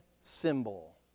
symbol